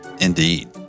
Indeed